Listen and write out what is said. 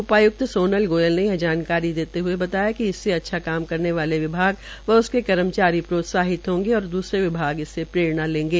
उपाय्क्त सोनल गोयल ने यह जानकारी देते हुए बताया कि इसमें अच्छा काम करने वाले विभाग व उसके कर्मचारी प्रोत्साहित होंगे और दूसरे विभाग इससे प्रेरणा लेंगे